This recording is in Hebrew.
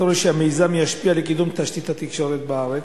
ישפיע על קידום תשתית התקשורת בארץ?